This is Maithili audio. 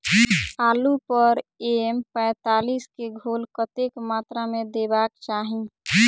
आलु पर एम पैंतालीस केँ घोल कतेक मात्रा मे देबाक चाहि?